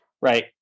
right